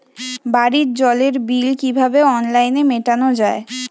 বাড়ির জলের বিল কিভাবে অনলাইনে মেটানো যায়?